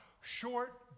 short